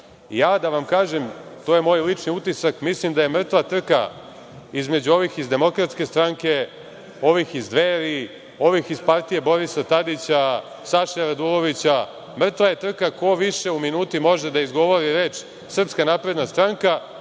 Ja da vam kažem, to je moj lični utisak, mislim da je mrtva trka između ovih iz DS, ovih iz Dveri, ovih iz partije Borisa Tadića, Saše Radulovića, mrtva je trka ko više u minuti može da izgovori reč SNS i Aleksandar